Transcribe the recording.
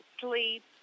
sleep